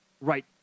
right